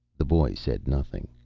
the boy said nothing.